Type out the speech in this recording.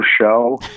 show